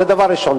זה דבר ראשון.